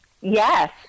Yes